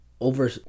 over